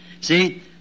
See